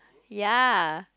ya